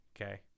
Okay